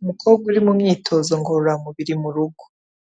Umukobwa uri mu myitozo ngororamubiri mu rugo,